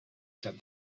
said